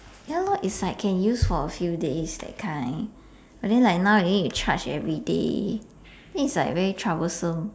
ya lor it's like can use for a few days that kind but then like now you need to charge everyday then it's like very troublesome